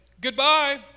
goodbye